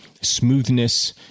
smoothness